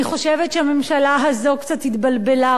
אני חושבת שהממשלה הזאת קצת התבלבלה,